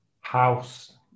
house